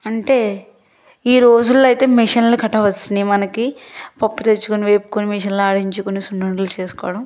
అంటే ఈ రోజుల్లో అయితే మిషన్లు గట్టా వస్తున్నాయి మనకి పప్పు దినుసులు వేపుకొని మిషన్లో ఆడించుకొని సున్నుండలు చేసుకోవడం